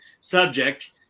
subject